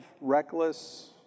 reckless